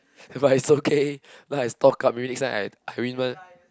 but it's okay now I stock up maybe next time I I win one